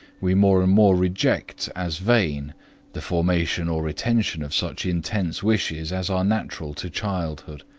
we more and more reject as vain the formation or retention of such intense wishes as are natural to childhood.